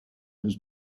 was